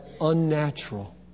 unnatural